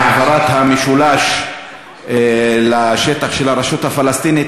והעברת המשולש לשטח של הרשות הפלסטינית,